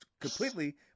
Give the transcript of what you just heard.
completely